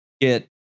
get